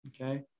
Okay